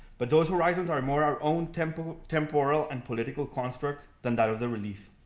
but those horizons are more our own temporal temporal and political construct than that of the relief.